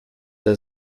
der